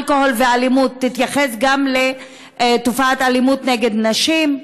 אלכוהול ואלימות תתייחס גם לתופעת האלימות נגד נשים?